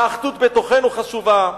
האחדות בתוכנו חשובה.